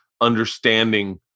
understanding